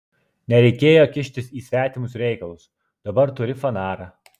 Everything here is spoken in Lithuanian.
nereikėjo kištis į svetimus reikalus dabar turi fanarą